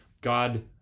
God